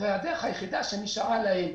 הדרך היחידה שנשארה להם,